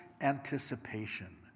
anticipation